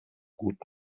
gut